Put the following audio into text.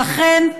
לכן,